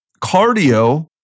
cardio